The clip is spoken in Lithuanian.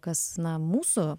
kas na mūsų